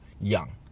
young